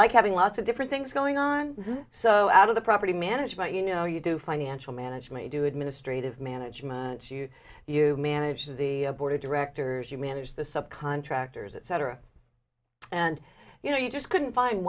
like having lots of different things going on so out of the property management you know you do financial management you do administrative management you you manage the board of directors you manage the subcontractors etc and you know you just couldn't find